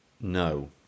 No